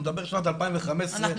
אני מדבר על שנת 2015-2016 --- אנחנו